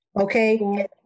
Okay